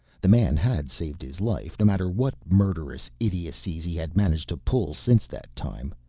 the man had saved his life, no matter what murderous idiocies he had managed to pull since that time.